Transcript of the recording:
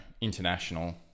international